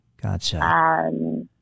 Gotcha